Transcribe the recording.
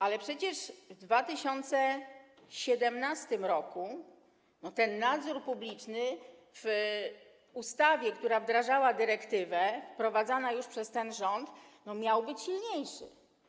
Ale przecież w 2017 r. ten nadzór publiczny w ustawie, która wdrażała dyrektywę, wprowadzane to już było przez ten rząd, miał być silniejszy.